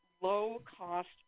low-cost